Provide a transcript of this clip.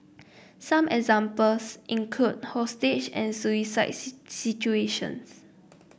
some examples include hostage and suicide situations